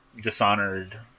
dishonored